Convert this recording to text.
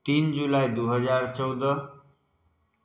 तीन जुलाइ दुइ हजार चौदह